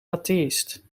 atheïst